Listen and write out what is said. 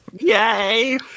Yay